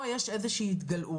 פה יש איזושהי התגלעות.